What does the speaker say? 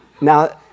Now